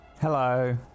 Hello